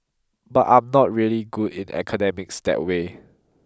but I'm not really good in academics that way